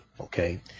Okay